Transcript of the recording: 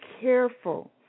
careful